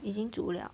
已经煮 liao